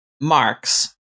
Marx